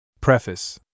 Preface